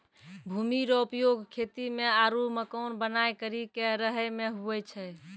भूमि रो उपयोग खेती मे आरु मकान बनाय करि के रहै मे हुवै छै